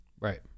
Right